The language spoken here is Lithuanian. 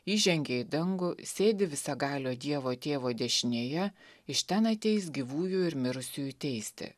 jis žengė į dangų sėdi visagalio dievo tėvo dešinėje iš ten ateis gyvųjų ir mirusiųjų teisti